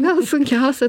gal sunkiausia